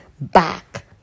back